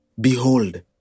Behold